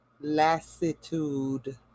lassitude